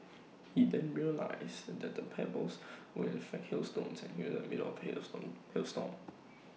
he then realised that the 'pebbles' were in fact hailstones and he was in the middle of hail storm hail storm